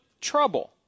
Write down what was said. trouble